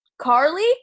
Carly